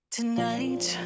tonight